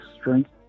strength